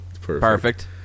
Perfect